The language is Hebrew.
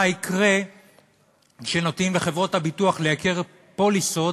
יקרה כשנותנים לחברות הביטוח לייקר פוליסות